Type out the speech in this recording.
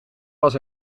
was